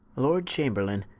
lord chamberlaine.